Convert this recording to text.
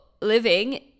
living